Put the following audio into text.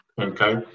Okay